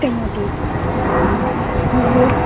ꯀꯩꯅꯣꯗꯤ ꯑꯩꯈꯣꯏꯒꯤ